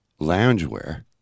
loungewear